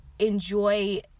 enjoy